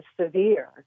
severe